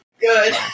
Good